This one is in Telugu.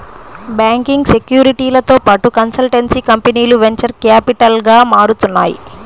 బ్యాంకింగ్, సెక్యూరిటీలతో పాటు కన్సల్టెన్సీ కంపెనీలు వెంచర్ క్యాపిటల్గా మారుతున్నాయి